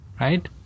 right